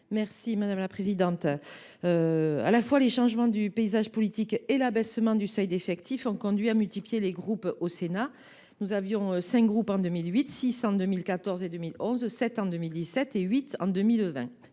est à Mme Maryse Carrère. Les changements du paysage politique et l’abaissement du seuil d’effectif ont conduit à multiplier les groupes politiques au Sénat. Nous avions cinq groupes en 2008, six en 2014 et 2011, sept en 2017 et huit depuis 2020.